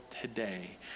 today